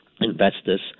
investors